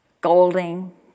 Golding